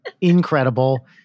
incredible